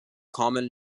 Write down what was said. common